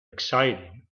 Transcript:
exciting